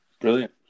Brilliant